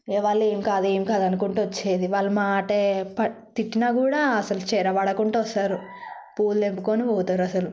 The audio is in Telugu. వాళ్ళు ఏం కాదు ఏం కాదు అనుకుంటూ వచ్చేది వాళ్ళు మాట తిట్టినా కూడా అసలు చర పడకుండా వస్తారు పూలు తెంపుకుని పోతారు అసలు